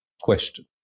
question